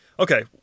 Okay